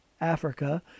Africa